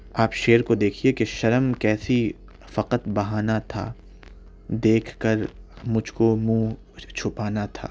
آپ شعر کو دیکھیے کہ شرم کیسی فقط بہانا تھا دیکھ کر مجھ کو منہ چھپانا تھا